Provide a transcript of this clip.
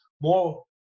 more